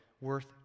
worth